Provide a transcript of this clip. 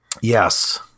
yes